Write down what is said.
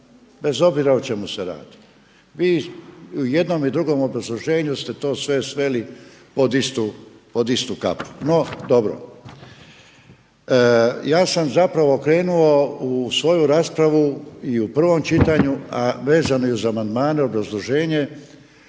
Bez obzira o čemu se radi. Vi i u jednom i drugom obrazloženju ste to sve sveli pod istu kapu. No, dobro. Ja sam zapravo krenuo u svoju raspravu i u prvom čitanju, a vezano i za amandmane obrazloženje